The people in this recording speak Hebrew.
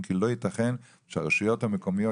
כי לא ייתכן שהרשויות המקומיות,